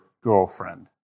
girlfriend